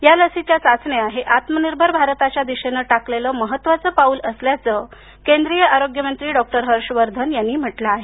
या लसीच्या चाचण्या हे आत्मनिर्भर भारताच्या दिशेनं टाकलेलं महत्वाचं पाऊल असल्याचं केंद्रीय आरोग्यमंत्री डॉ हर्षवर्धन यांनी म्हटलं आहे